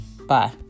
Bye